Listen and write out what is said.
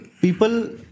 people